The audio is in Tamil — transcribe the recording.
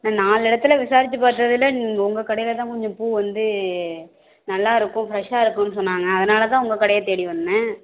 நான் நாலு இடத்துல விசாரிச்சு பார்த்ததுல நீங்கள் உங்கள் கடையில்தான் கொஞ்சம் பூ வந்து நல்லா இருக்கும் ஃப்ரெஷ்ஷாக இருக்கும்ன்னு சொன்னாங்க அதனால தான் உங்கள் கடையை தேடி வந்தேன்